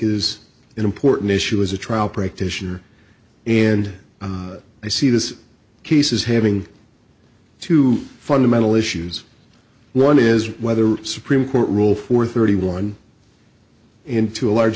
is an important issue as a trial practitioner and i see this case as having two fundamental issues one is whether supreme court rule for thirty one and to a large